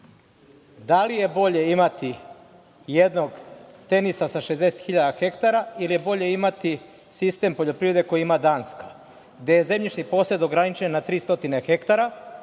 da li je bolje imati jednog „Tenisa“ sa 60.000 hektara ili je bolje imati sistem poljoprivrede koji ima Danska, gde je zemljište i posed ograničen na 300 hektara